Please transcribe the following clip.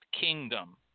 kingdom